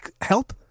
help